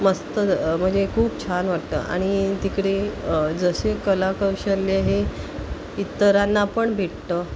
मस्त म्हणजे खूप छान वाटतं आणि तिकडे जसे कलाकौशल्य हे इतरांना पण भेटतं